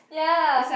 ya